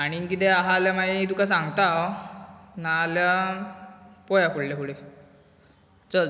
आनीक कितें आहा जाल्यार मागीर सांगता हांव नाल्यार पळोवया फुडले फुडें चल